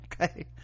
okay